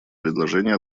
предложений